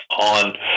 on